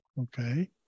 Okay